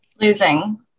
Losing